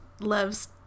loves